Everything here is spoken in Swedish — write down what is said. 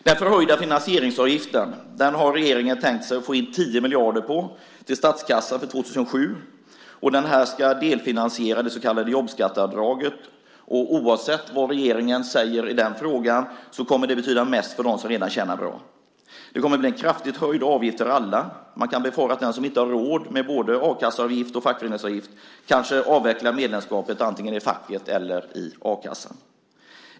Den förhöjda finansieringsavgiften har regeringen tänkt sig att under 2007 få in 10 miljarder till statskassan på. Den ska delfinansiera det så kallade jobbskatteavdraget. Oavsett vad regeringen säger i den frågan kommer det att betyda mest för dem som redan tjänar bra. Det kommer att bli en kraftigt höjd avgift för alla. Vi kan befara att den som inte har råd med både a-kasseavgift och fackföreningsavgift kanske avvecklar sitt medlemskap antingen i facket eller i a-kassan.